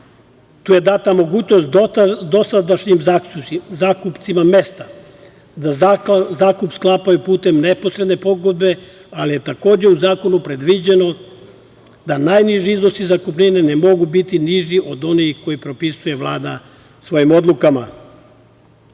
Tu je data mogućnost dosadašnjim zakupcima mesta da zakup sklapaju putem neposredne pogodbe, ali je takođe u zakonu predviđeno da najniži iznosi zakupnine ne mogu biti niži od onih koje propisuje Vlada svojim odlukama.